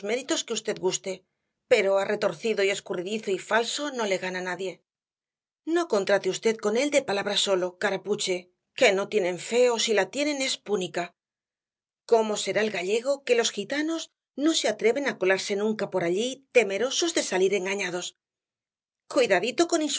méritos que v guste pero á retorcido y escurridizo y falso no le gana nadie no contrate v con él de palabra sólo carapuche que no tienen fe ó si la tienen es púnica cómo será el gallego que los gitanos no se atreven á colarse nunca por allí temerosos de salir engañados cuidadito con